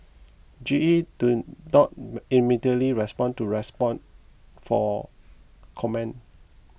G E do not immediately respond to respond for comment